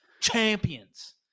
champions